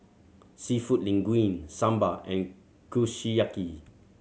Seafood Linguine Sambar and Kushiyaki